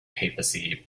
papacy